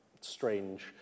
strange